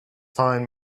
find